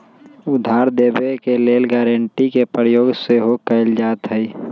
उधार देबऐ के लेल गराँटी के प्रयोग सेहो कएल जाइत हइ